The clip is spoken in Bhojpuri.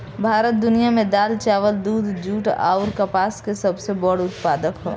भारत दुनिया में दाल चावल दूध जूट आउर कपास के सबसे बड़ उत्पादक ह